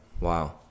Wow